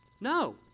No